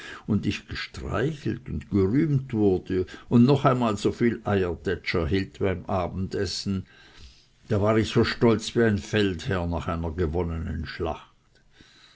und ich gestreichelt und gerühmt wurde und noch einmal soviel eiertätsch erhielt beim abendessen da war ich so stolz wie ein feldherr nach einer gewonnenen schlacht